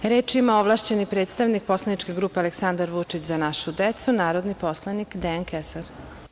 Reč ima ovlašćeni predstavnik poslaničke grupe Aleksandar Vučić – Za našu decu, narodni poslanik Dejan Kesar.